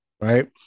Right